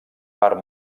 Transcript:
part